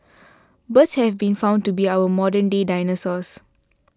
birds have been found to be our modern day dinosaurs